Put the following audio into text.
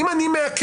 אם אני מעכב,